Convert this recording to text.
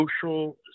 social